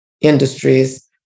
industries